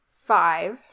five